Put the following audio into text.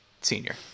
Senior